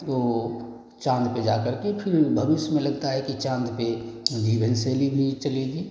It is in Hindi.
तो चाँद पर जा करके फिर भविष्य में लगता है कि चाँद पर जीवन शैली भी चलेगी